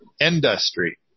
industry